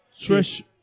Trish